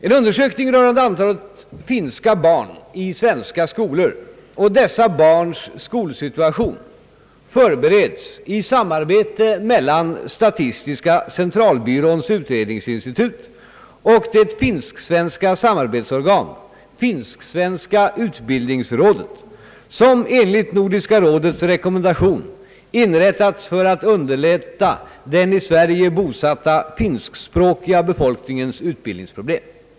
En undersökning rörande antalet finska barn i svenska skolor och dessa barns skolsituation förbereds i samarbete mellan statistiska centralbyråns utredningsinstitut och det finsk-svenska samarbetsorgan, finsk-svenska utbildningsrådet, som enligt Nordiska rådets rekommendation inrättats för att underlätta den i Sverige bosatta finskspråkiga befolkningens utbildningsproblem.